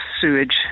sewage